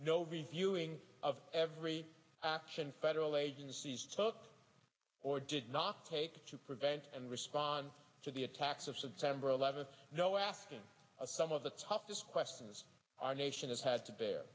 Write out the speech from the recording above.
no reviewing of every action federal agencies took or did not take to prevent and respond to the attacks of september eleventh no asking some of the toughest questions our nation has had to bear